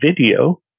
video